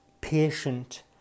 patient